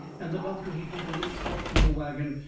and the doctor he'd make a little talk from the wagon,